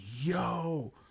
yo